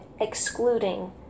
excluding